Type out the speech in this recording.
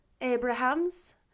Abrahams